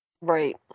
Right